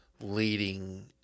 leading